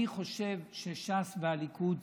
אני חושב שש"ס והליכוד צדקו,